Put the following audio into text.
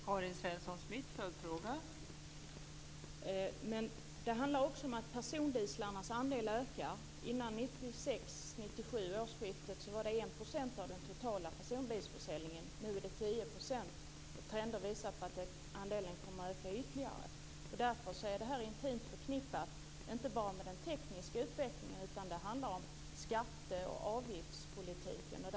Fru talman! Men det handlar också om att andelen dieseldrivna personbilar ökar. Före årsskiftet 1996/97 var den 1 % av den totala personbilsförsäljningen. Nu är den 10 %, och trenden visar att andelen kommer att öka ytterligare. Detta är inte bara intimt förknippat med den tekniska utvecklingen, utan det handlar också om skatteoch avgiftspolitiken.